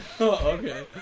Okay